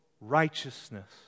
righteousness